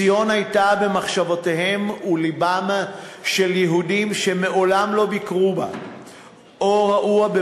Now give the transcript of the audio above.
ציון הייתה במחשבותיהם ובלבם של יהודים שמעולם לא ביקרו בה או ראוה,